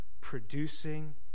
Producing